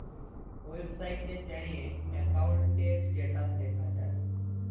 ওয়েবসাইটে যাঁয়ে একাউল্টের ইস্ট্যাটাস দ্যাখা যায়